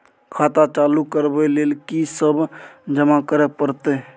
खाता चालू करबै लेल की सब जमा करै परतै?